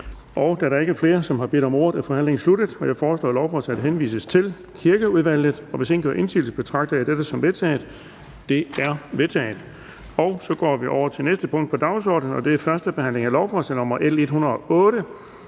Da der ikke er flere, som har bedt om ordet, er forhandlingen sluttet. Jeg foreslår, at lovforslaget henvises til Kirkeudvalget. Hvis ingen gør indsigelse, betragter jeg dette som vedtaget. Det er vedtaget. --- Det sidste punkt på dagsordenen er: 4) 1. behandling af lovforslag nr. L 108: